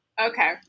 Okay